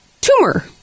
tumor